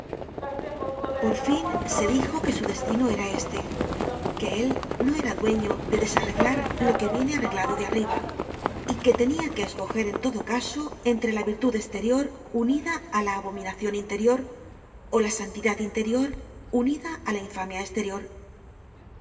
por fin se dijo que su destino era este que el no era dueño de desarreglar lo que viene arreglado de arriba y que tenia que escoger en todo caso entre la virtud esterior unida á la abominacion interior ó la santidad interior unida á la infamia esterior